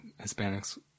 Hispanics